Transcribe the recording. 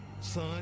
Son